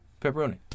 pepperoni